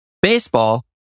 Baseball